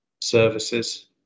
services